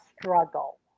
struggle